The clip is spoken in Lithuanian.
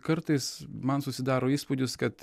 kartais man susidaro įspūdis kad